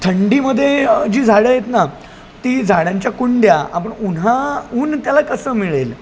थंडीमध्ये जी झाडं येतं ना ती झाडांच्या कुंड्या आपण उन्हा ऊन त्याला कसं मिळेल